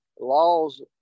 laws